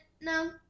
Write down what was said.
No